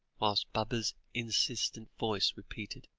whilst baba's insistent voice repeated